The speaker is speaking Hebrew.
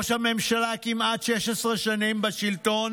ראש הממשלה כמעט 16 שנים בשלטון,